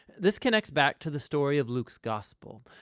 this connects back to the story of luke's gospel,